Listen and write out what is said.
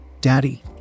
daddy